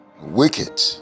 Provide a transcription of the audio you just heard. wicked